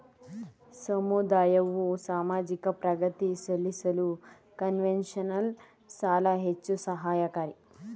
ಸಮುದಾಯವು ಸಾಮಾಜಿಕ ಪ್ರಗತಿ ಸಾಧಿಸಲು ಕನ್ಸೆಷನಲ್ ಸಾಲ ಹೆಚ್ಚು ಸಹಾಯಕಾರಿ